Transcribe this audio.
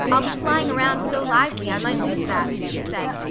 i'll be flying around so lively i might lose that, she said,